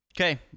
Okay